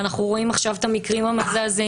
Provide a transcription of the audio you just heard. ואנחנו רואים עכשיו את המקרים המזעזעים,